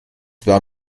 war